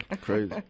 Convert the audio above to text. Crazy